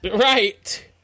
Right